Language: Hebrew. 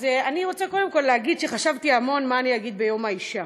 אז אני רוצה קודם כול להגיד שחשבתי המון מה אגיד ביום האישה.